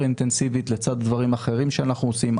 אינטנסיבית לצד דברים אחרים שאנחנו עושים,